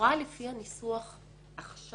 לכאורה לפי הניסוח עכשיו